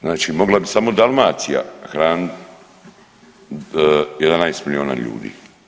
Znači mogla bi samo Dalmacija hranit 11 milijuna ljudi.